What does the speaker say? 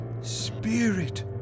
Spirit